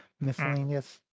miscellaneous